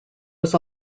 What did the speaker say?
was